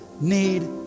need